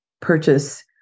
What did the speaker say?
purchase